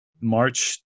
March